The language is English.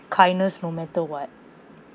kindness no matter what